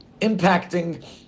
impacting